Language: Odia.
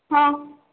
ହଁ